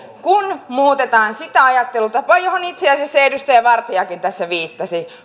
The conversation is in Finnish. kun muutamme sitä ajattelutapaa johon itse asiassa edustaja vartiakin tässä viittasi